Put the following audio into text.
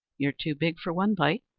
you're too big for one bite,